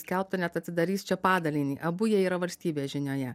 skelbta net atsidarys čia padalinį abu jie yra valstybės žinioje